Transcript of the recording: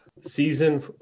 season